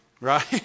Right